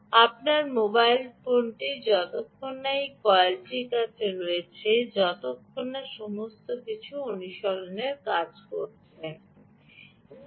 আপনার মোবাইল ফোনটি যতক্ষণ না এই কয়েলটির কাছে রয়েছে যতক্ষণ না সমস্ত কিছু অনুশীলনে কাজ করা উচিত